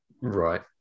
right